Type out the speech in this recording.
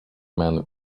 man